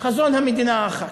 חזון המדינה האחת.